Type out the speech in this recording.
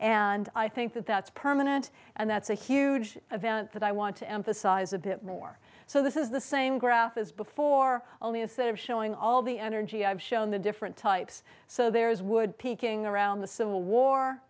and i think that that's permanent and that's a huge event that i want to emphasize a bit more so this is the same graph as before only instead of showing all the energy i've shown the different types so there is wood peaking around the civil war